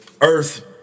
earth